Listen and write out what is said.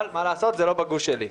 אבל מה לעשות, זה לא בגוש שלי.